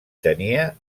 tenia